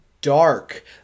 dark